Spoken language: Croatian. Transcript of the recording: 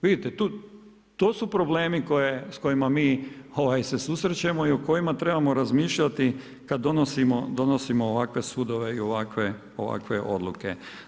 Vidite to su problemi s kojima mi s susrećemo i o kojima trebamo razmišljati kada donosimo ovakve sudove i ovakve odluke.